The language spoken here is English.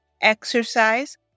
exercise